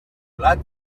blat